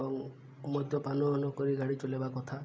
ଏବଂ ମଦ୍ୟପାନ କରି ଗାଡ଼ି ଚଲାଇବା କଥା